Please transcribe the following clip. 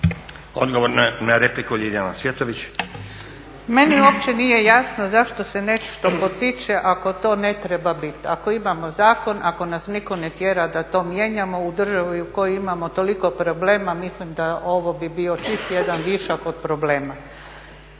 **Cvjetović, Ljiljana (HSU)** Meni uopće nije jasno zašto se nešto potiče ako to ne treba bit, ako imao zakon, ako nas nitko ne tjera da to mijenjamo u državi u kojoj imamo toliko problema, mislim da ovo bi bio čisti jedan višak od problema.